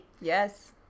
Yes